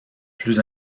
plus